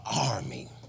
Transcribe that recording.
army